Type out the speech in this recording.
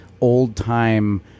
old-time